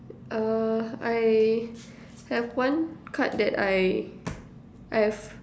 uh I have one card that I've